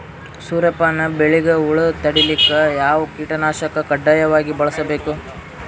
ಸೂರ್ಯಪಾನ ಬೆಳಿಗ ಹುಳ ತಡಿಲಿಕ ಯಾವ ಕೀಟನಾಶಕ ಕಡ್ಡಾಯವಾಗಿ ಬಳಸಬೇಕು?